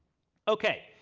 ok.